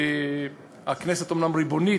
הכנסת אומנם ריבונית,